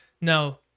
now